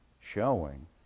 showing